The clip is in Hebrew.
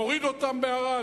מוריד אותם בערד.